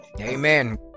Amen